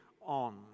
on